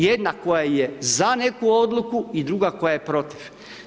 Jedna koja je ZA neku odluku, i druga koja je PROTIV.